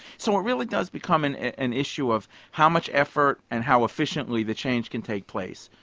so it really does become an an issue of how much effort and how efficiently the change can take place.